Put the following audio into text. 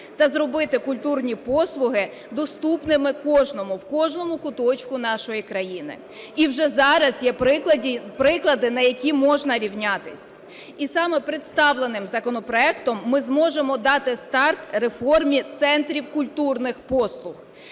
та зробити культурні послуги доступними кожному, в кожному куточку нашої країни. І вже зараз є приклади, на які можна рівнятися. І саме представленим законопроектом ми зможемо дати старт реформі центрів культурних послуг.